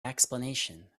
explanation